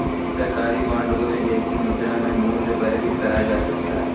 सरकारी बॉन्ड को विदेशी मुद्रा में मूल्यवर्गित करा जा सकता है